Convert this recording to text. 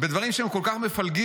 בדברים שהם כל כך מפלגים?